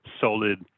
solid